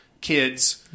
kids